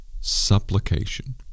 supplication